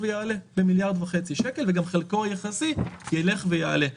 ויעלה במיליארד וחצי שקל וגם חלקו היחסי יילך ויעלה,